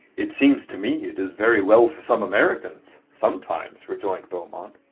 it seems to me it is very well for some americans, sometimes, rejoined beaumont.